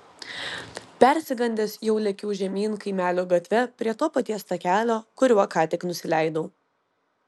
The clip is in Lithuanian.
persigandęs jau lėkiau žemyn kaimelio gatve prie to paties takelio kuriuo ką tik nusileidau